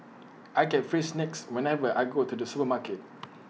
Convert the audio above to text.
I get free snacks whenever I go to the supermarket